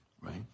right